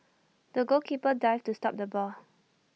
the goalkeeper dived to stop the ball